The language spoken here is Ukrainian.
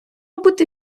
бути